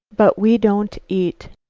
but we don't eat.